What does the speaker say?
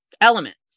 elements